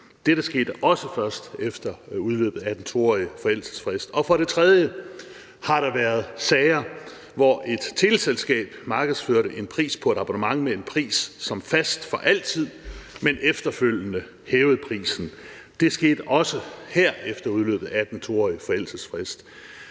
dette skete også først efter udløbet af den 2-årige forældelsesfrist. For det tredje har der været sager, hvor et teleselskab har markedsført en pris på et abonnement som fast for altid, men efterfølgende har hævet prisen; det skete også her efter udløbet af den 2-årige forældelsesfrist.